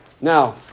Now